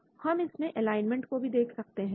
हम इसमें एलाइनमेंट को भी देख सकते हैं